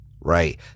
right